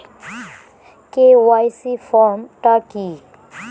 KYC form টা কি?